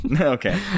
Okay